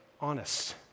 honest